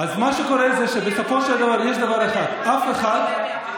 מה שקורה זה שבסופו של דבר יש דבר אחד: אף אחד לא